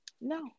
No